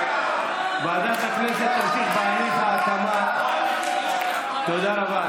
ועדת הכנסת תמשיך בהליך ההקמה, תודה רבה.